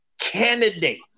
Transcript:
candidate